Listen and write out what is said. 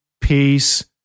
peace